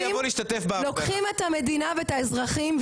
לוקחים את המדינה ואת האזרחים,